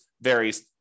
varies